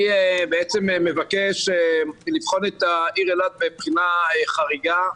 אני בעצם מבקש לבחון את העיר אילת מבחינה חריגה.